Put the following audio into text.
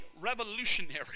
revolutionary